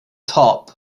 top